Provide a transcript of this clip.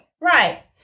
Right